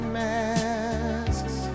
masks